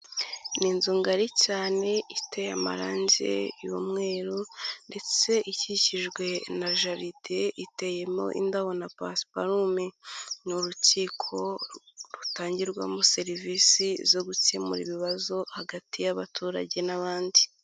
Ni inzu ngari cyane iteye amarangi y'umweru ndetse ikikijwe na jalide iteyemo indabo na pasparume. Ni urukiko rutangirwamo serivisi zo gukemura ibibazo, hagati y'abaturage n'abandi.